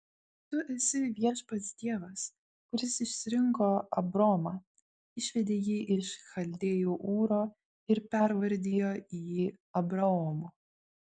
tu esi viešpats dievas kuris išsirinko abromą išvedė jį iš chaldėjų ūro ir pervardijo jį abraomu